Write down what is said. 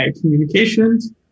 communications